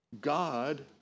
God